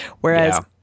Whereas